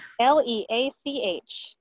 L-E-A-C-H